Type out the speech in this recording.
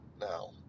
now